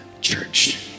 church